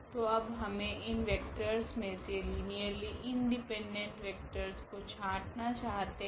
तो अब हमे इन वेक्टरस मे से लीनियरली इंडिपेंडेंट वेक्टरस को छांटना चाहते है